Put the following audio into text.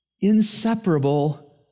inseparable